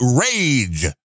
Rage